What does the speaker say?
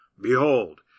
Behold